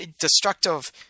destructive